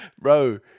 bro